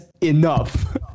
enough